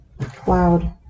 Cloud